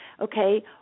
Okay